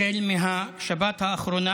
החל מהשבת האחרונה,